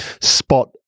spot